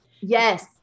Yes